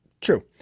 True